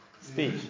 speech